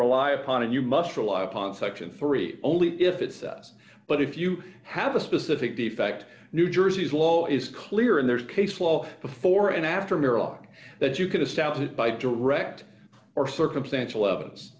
rely upon and you must rely upon section three only if it says but if you have a specific the fact new jersey's law is clear and there's case law before and after miron that you can establish by direct or circumstantial evidence